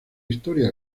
historia